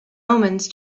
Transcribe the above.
omens